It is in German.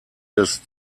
des